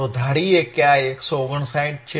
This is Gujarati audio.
તો ધારીએ કે આ 159 છે